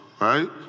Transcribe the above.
right